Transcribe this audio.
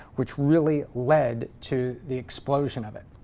which really led to the explosion of it.